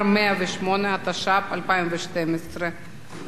התשע"ב 2012. בבקשה,